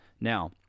Now